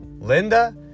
Linda